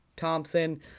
Thompson